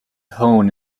hone